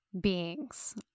beings